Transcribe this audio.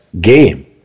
game